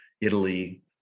Italy